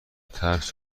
ترس